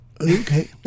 Okay